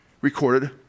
recorded